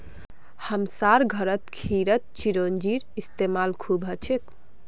हमसार घरत खीरत चिरौंजीर इस्तेमाल खूब हछेक